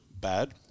bad